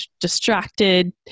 distracted